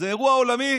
זה אירוע עולמי